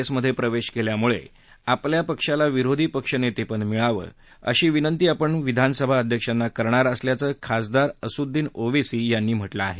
S मधे प्रवेश केल्यामुळे आपल्या पक्षाला विरोधी पक्षनेतेपद मिळावं अशी विनंती आपण विधानसभा अध्यक्षांना करणार असल्याचं खासदार असुद्रीन ओवेसी यांनी म्हटलं आहे